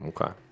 Okay